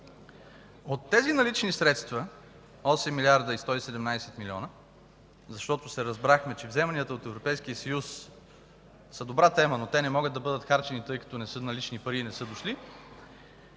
От тези налични средства – 8 млрд. 117 милиона, защото се разбрахме, че вземанията от Европейския съюз са добра тема, но не могат да бъдат харчени, тъй като не са налични пари и не са дошли,